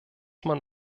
man